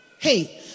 hey